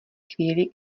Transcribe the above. chvíli